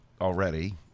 already